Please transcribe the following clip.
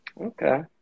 Okay